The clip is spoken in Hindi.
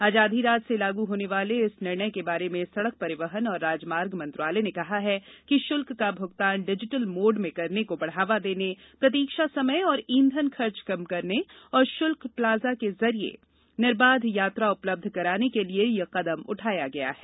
आज आधी रात से लागू होने वाले इस निर्णय के बारे में सड़क परिवहन और राजमार्ग मंत्रालय ने कहा है कि शुल्क का भुगतान डिजिटल मोड में करने को बढ़ावा देने प्रतीक्षा समय और ईंधन खर्च कम करने तथा शुल्क प्लाजा के जरिये निर्बाध यात्रा उपलब्ध कराने के लिए यह कदम उठाया गया है